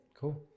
Cool